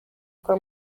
kwa